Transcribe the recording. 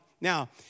Now